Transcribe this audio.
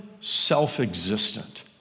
self-existent